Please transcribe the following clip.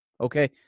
Okay